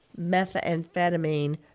methamphetamine